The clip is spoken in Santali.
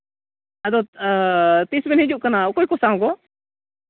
ᱟᱫᱚ ᱛᱤᱥ ᱵᱤᱱ ᱦᱤᱡᱩᱜ ᱠᱟᱱᱟ ᱚᱠᱚᱭ ᱠᱚᱥᱟᱶ ᱜᱚ